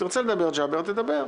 תרצה לדבר, ג'אבר, תדבר.